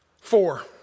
Four